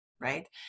Right